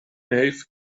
neef